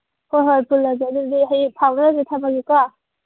ꯍꯣꯏ ꯍꯣꯏ ꯄꯨꯜꯂꯁꯦ ꯑꯗꯨꯗꯤ ꯍꯌꯦꯡ ꯐꯥꯎꯅꯔꯁꯤ ꯊꯝꯃꯒꯦꯀꯣ